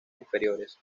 inferiores